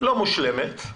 לא מושלמת,